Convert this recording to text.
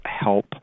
help